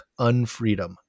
unfreedom